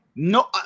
No